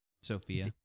Sophia